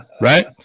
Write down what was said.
right